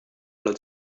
alla